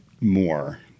more